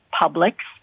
publics